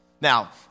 Now